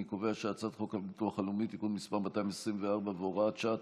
אני קובע שהצעת חוק הביטוח הלאומי (תיקון מס' 224 והוראת שעה),